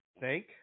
thank